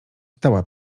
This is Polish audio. stała